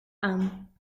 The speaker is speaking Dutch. aan